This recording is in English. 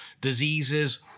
diseases